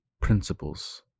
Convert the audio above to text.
principles